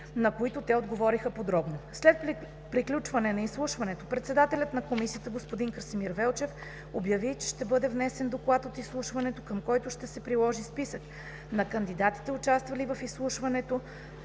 на които те отговориха подробно. След приключване на изслушването, председателят на комисията господин Красимир Велчев обяви, че ще бъде внесен доклад от изслушването, към който ще се приложи списък на кандидатите, участвали в изслушването,